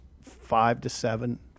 five-to-seven